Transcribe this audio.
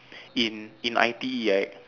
in in I_T_E right